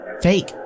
Fake